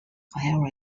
however